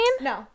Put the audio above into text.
No